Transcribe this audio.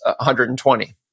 120